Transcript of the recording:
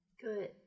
Good